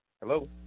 Hello